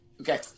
Okay